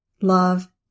love